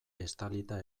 estalita